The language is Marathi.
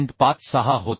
56 होत आहे